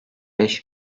beş